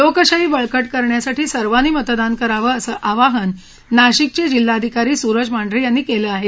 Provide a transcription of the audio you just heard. लोकशाही बळकट करण्यासाठी सर्वांनी मतदान करावे असं आवाहन नाशिकचे जिल्हाधिकारी सुरज मांढरे यांनी केलं आहे